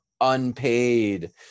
unpaid